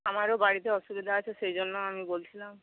আমারও বাড়িতে অসুবিধা আছে সেই জন্য আমি বলছিলাম